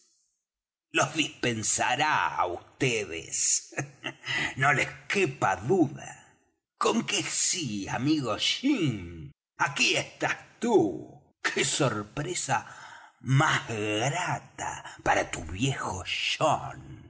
los dispensará á vds no les quepa duda conque sí amigo jim aquí estás tú qué sorpresa más grata para tu viejo john